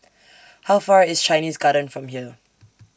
How Far IS Chinese Garden from here